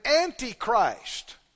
antichrist